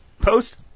Post